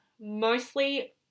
mostly